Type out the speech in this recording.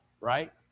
right